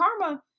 karma